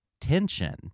Tension